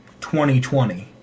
2020